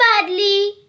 badly